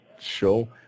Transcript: show